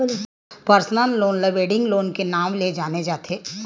personal loan ल wedding loan के नांव ले जाने जाथे